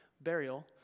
burial